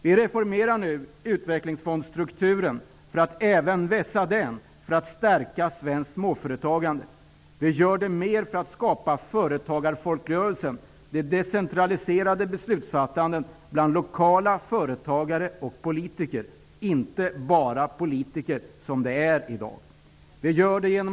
Vi reformerar nu utvecklingsfondstrukturen för att göra den vassare så att svenskt småföretagande kan stärkas. Vi försöker skapa en företagarfolkrörelse med decentraliserade beslutsfattanden bland lokala företagare och politiker. Besluten skall inte fattas av enbart politiker, vilket är fallet i dag.